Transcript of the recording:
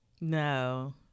No